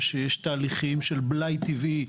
ושיש בו תהליכים של בלאי טבעי,